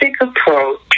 approach